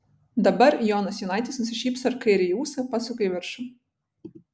dabar jonas jonaitis nusišypso ir kairįjį ūsą pasuka į viršų